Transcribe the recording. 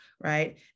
Right